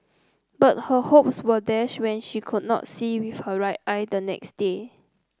but her hopes were dashed when she could not see with her right eye the next day